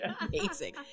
amazing